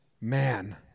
man